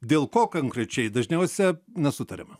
dėl ko konkrečiai dažniausia nesutariama